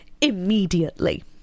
immediately